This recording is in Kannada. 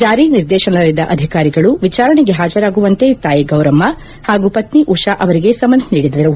ಜಾರಿ ನಿರ್ದೇಶಾನಾಲಯದ ಅಧಿಕಾರಿಗಳು ವಿಚಾರಣೆಗೆ ಹಾಜರಾಗುವಂತ ತಾಯಿ ಗೌರಮ್ನ ಹಾಗೂ ಪತ್ನಿ ಉಷಾ ಅವರಿಗೆ ಸಮನ್ ನೀಡಿದ್ದರು